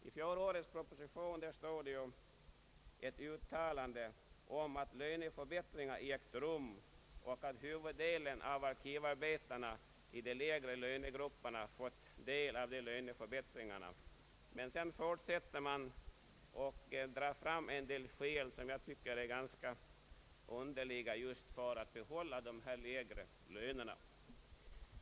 I fjolårets proposition återfinns ett uttalande om att löneförbättringar har ägt rum och att huvuddelen av arkivarbetarna i de lägre lönegrupperna har fått del av löneförbättringarna. Sedan drar man fram en del skäl, som jag tycker är ganska underliga, just för att få behålla de lägre lönerna.